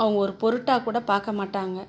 அவங்க ஒரு பொருட்டாக கூட பார்க்க மாட்டாங்க